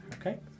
Okay